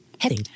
heading